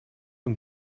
een